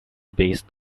based